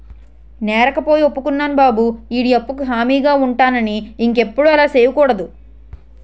నేరకపోయి ఒప్పుకున్నారా బాబు ఈడి అప్పుకు హామీగా ఉంటానని ఇంకెప్పుడు అలా సెయ్యకూడదు